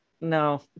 no